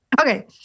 Okay